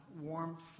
warmth